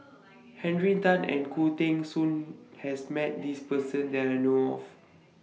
Henry Tan and Khoo Teng Soon has Met This Person that I know of